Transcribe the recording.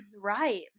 Right